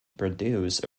produce